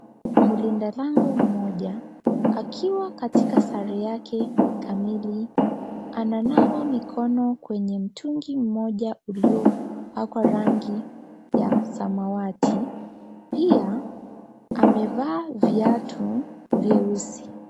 Mlinda lango mmoja akiwa katika sare yake kamili ananawa mikono kwenye mtungi moja uliopakwa rangi ya samawati pia amevaa viatu vieusi.